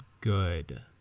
good